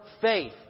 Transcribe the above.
faith